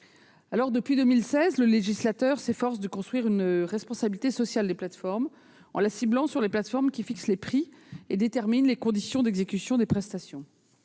Depuis 2016, le législateur s'efforce de construire la responsabilité sociale des plateformes en la ciblant sur celles d'entre elles qui fixent les prix et déterminent les conditions d'exécution des prestations.